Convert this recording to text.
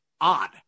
odd